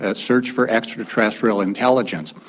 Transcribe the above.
ah search for extra-terrestrial intelligence.